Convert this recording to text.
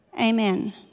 Amen